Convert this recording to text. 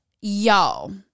Y'all